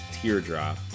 Teardrop